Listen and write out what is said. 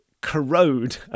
corrode